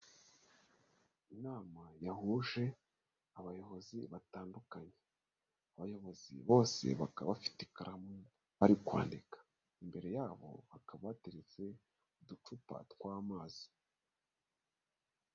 Inama yahuje abayobozi batandukanye, abayobozi bose bakaba bafite ikaramu bari kwandika. Imbere yabo hakaba hateretse uducupa tw'amazi.